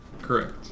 Correct